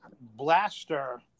Blaster